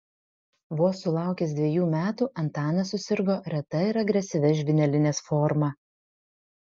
vos sulaukęs dvejų metų antanas susirgo reta ir agresyvia žvynelinės forma